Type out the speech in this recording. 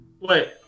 Wait